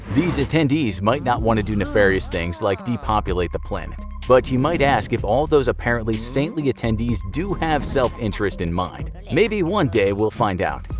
attendees might not want to do nefarious things like depopulate the planet, but you might ask if all those apparently saintly attendees do have self-interest in mind. maybe one day we'll find out.